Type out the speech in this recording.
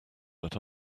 but